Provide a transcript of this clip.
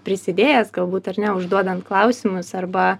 prisidėjęs galbūt ar ne užduodant klausimus arba